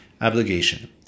obligation